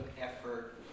effort